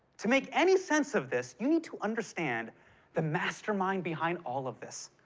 to make any sense of this, you need to understand the mastermind behind all of this,